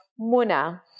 Muna